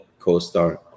CoStar